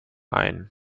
ein